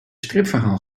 stripverhaal